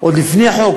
עוד לפני החוק,